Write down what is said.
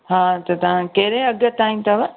हा त तव्हां कहिड़े अघ ताईं अथव